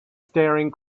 staring